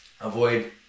avoid